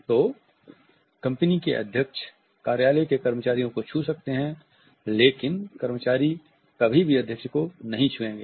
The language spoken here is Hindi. तो कंपनी के अध्यक्ष कार्यालय के कर्मचारियों को छू सकते हैं लेकिन कर्मचारी कभी भी अध्यक्ष को नहीं छूएंगे